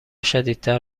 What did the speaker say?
شدیدتر